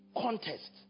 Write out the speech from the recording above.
contest